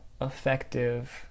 effective